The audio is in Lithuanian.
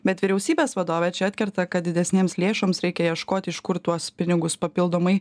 bet vyriausybės vadovė čia atkerta kad didesnėms lėšoms reikia ieškoti iš kur tuos pinigus papildomai